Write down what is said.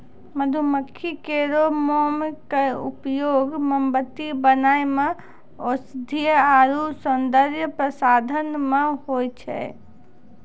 मधुमक्खी केरो मोम क उपयोग मोमबत्ती बनाय म औषधीय आरु सौंदर्य प्रसाधन म होय छै